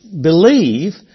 believe